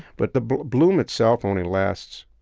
but the bloom itself only lasts